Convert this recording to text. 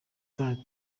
donald